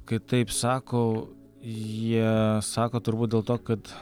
kai taip sako jie sako turbūt dėl to kad